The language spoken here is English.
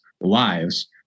lives